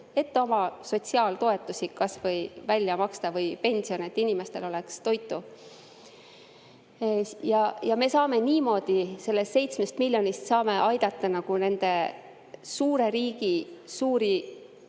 või oma sotsiaaltoetusi välja maksta või pensione, et inimestel oleks toitu. Me saame niimoodi sellest 7 miljonist aidata nende suure riigi suuri